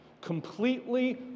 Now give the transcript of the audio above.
completely